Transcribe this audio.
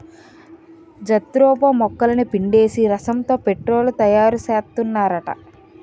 jatropha మొక్కలని పిండేసి రసంతో పెట్రోలు తయారుసేత్తన్నారట